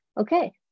okay